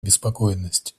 обеспокоенность